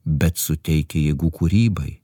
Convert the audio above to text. bet suteikia jėgų kūrybai